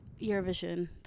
Eurovision